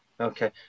Okay